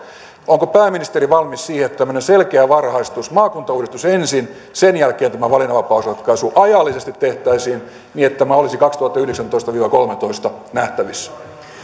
onko pääministeri valmis siihen että tämmöinen selkeä varhaistus maakuntauudistus ensin sen jälkeen tämä valinnanvapausratkaisu ajallisesti tehtäisiin niin että tämä olisi kaksituhattayhdeksäntoista viiva kolmessakymmenessä nähtävissä